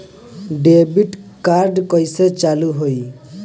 Debit card कइसे चालू होई?